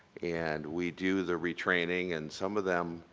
and we do the retrain, and some of them,